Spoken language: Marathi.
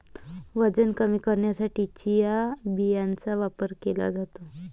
वजन कमी करण्यासाठी चिया बियांचा वापर केला जातो